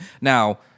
Now